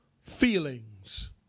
feelings